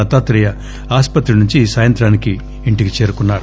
దత్తాత్రేయ ఆస్పతి నుంచి ఈ సాయంత్రానికి ఇంటికి చేరుకున్నారు